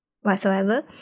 Whatsoever